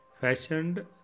fashioned